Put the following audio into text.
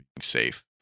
safe